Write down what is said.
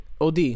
OD